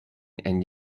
and